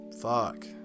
fuck